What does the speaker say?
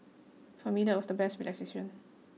for me that was the best relaxation